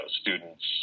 students